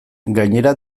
gainera